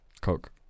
Coke